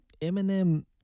Eminem